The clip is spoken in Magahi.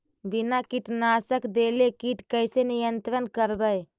बिना कीटनाशक देले किट कैसे नियंत्रन करबै?